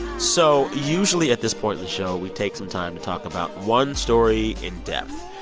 so usually at this point in the show, we take some time to talk about one story in depth.